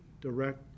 direct